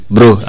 Bro